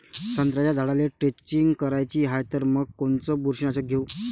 संत्र्याच्या झाडाला द्रेंचींग करायची हाये तर मग कोनच बुरशीनाशक घेऊ?